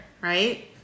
right